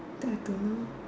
there to me